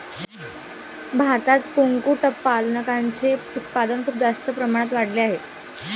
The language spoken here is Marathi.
भारतात कुक्कुटपालनाचे उत्पादन खूप जास्त प्रमाणात वाढले आहे